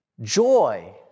Joy